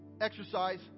exercise